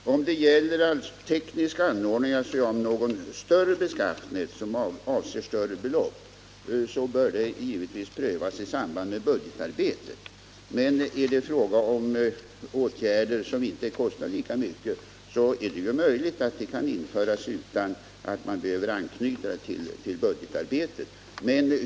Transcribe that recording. Herr talman! Om det gäller tekniska anordningar som är av någon större omfattning och som avser större belopp, så bör framställning om sådana givetvis prövas i samband med budgetarbetet, men är det fråga om åtgärder som inte kostar så mycket är det möjligt att sådana kan vidtas utan att man behöver anknyta dem till budgetarbetet.